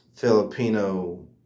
Filipino